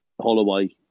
Holloway